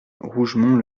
rougemont